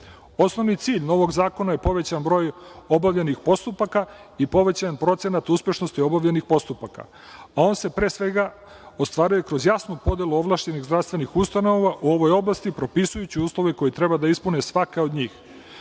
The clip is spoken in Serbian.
cilj novog zakona je povećan broj obavljenih postupaka i povećan procenat uspešnosti obavljenih postupaka, a on se pre svega ostvaruje kroz jasnu podelu ovlašćenih zdravstvenih ustanova u ovoj oblasti, propisujući uslove koje treba da ispune svaka od njih. Novi